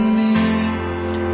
need